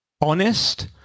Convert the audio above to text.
honest